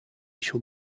shall